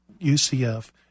UCF